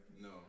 No